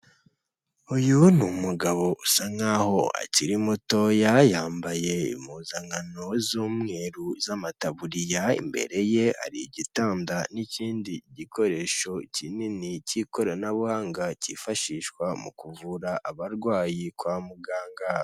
Uyu ni umugabo usa nkaho akiri mutoya yambaye impuzankano z'umweru z'amataburiya, imbere ye hari igitanda n'ikindi gikoresho kinini cy'ikoranabuhanga cyifashishwa mu kuvura abarwayi kwa muganga.